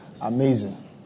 Amazing